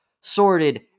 sorted